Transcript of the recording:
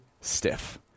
stiff